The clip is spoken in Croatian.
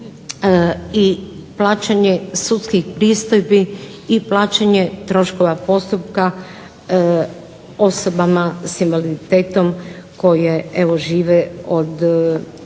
i plaćanje sudskih pristojbi i plaćanje troškova postupka osobama s invaliditetom koji žive od